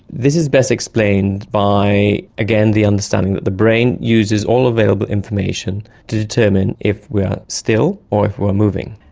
this is best explained by, again, the understanding that the brain uses all available information to determine if we are still or if we are moving.